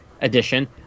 edition